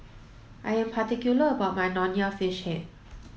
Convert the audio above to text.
I am particular about my Nonya Fish Head